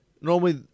normally